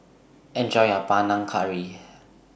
Enjoy your Panang Curry